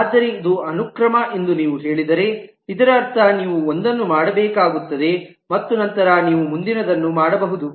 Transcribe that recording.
ಆದರೆ ಇದು ಅನುಕ್ರಮ ಎಂದು ನೀವು ಹೇಳಿದರೆ ಇದರರ್ಥ ನೀವು ಒಂದನ್ನು ಮಾಡಬೇಕಾಗುತ್ತದೆ ಮತ್ತು ನಂತರ ನೀವು ಮುಂದಿನದನ್ನು ಮಾಡಬಹುದು